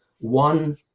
One